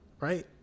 right